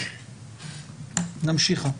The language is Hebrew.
נמשיך.